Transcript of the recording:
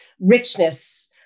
richness